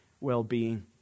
well-being